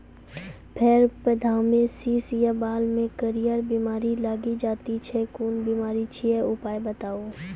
फेर पौधामें शीश या बाल मे करियर बिमारी लागि जाति छै कून बिमारी छियै, उपाय बताऊ?